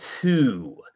two